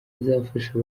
izafasha